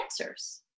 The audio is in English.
answers